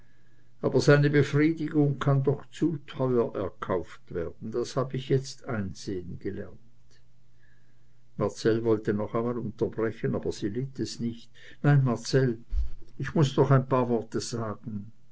aber seine befriedigung kann doch zu teuer erkauft werden das hab ich jetzt einsehen gelernt marcell wollte noch einmal unterbrechen aber sie litt es nicht nein marcell ich muß noch ein paar worte sagen